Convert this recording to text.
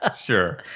Sure